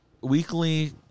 weekly